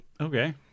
Okay